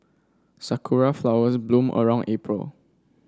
sakura flowers bloom around April